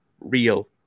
real